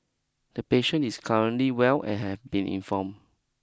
the patient is currently well and have been inform